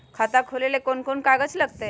खाता खोले ले कौन कौन कागज लगतै?